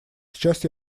сейчас